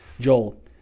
Joel